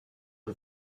who